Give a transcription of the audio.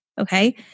Okay